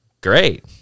Great